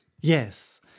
Yes